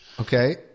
Okay